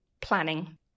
planning